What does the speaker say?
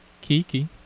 Kiki